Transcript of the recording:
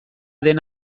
den